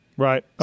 Right